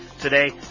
Today